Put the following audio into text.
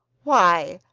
why,